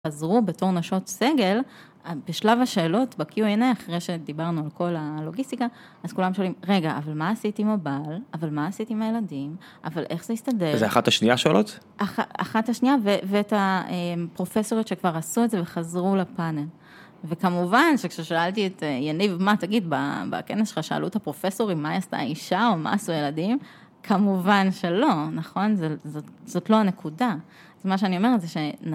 חזרו בתור נשות סגל, בשלב השאלות, בQ&A, אחרי שדיברנו על כל הלוגיסטיקה, אז כולם שואלים, רגע, אבל מה עשיתי עם הבעל? אבל מה עשיתי עם הילדים? אבל איך זה הסתדר? וזה אחת השנייה שואלות? אחת השנייה, ואת הפרופסורית שכבר עשו את זה וחזרו לפאנל. וכמובן שכששאלתי את יניב, מה תגיד, בכנס שלך שאלו את הפרופסורים, מה עשתה האישה או מה עשו הילדים? כמובן שלא, נכון? זאת לא הנקודה. אז מה שאני אומרת זה ש...